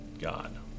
God